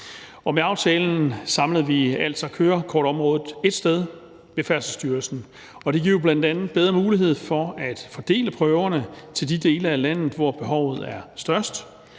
Med aftalen samler vi altså kørekortområdet ét sted, og det er Færdselsstyrelsen. Det giver jo bl.a. bedre mulighed for at fordele prøverne til de dele af landet, hvor behovet er størst.